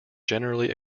generally